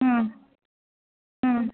হুম হুম